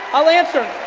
i'll answer.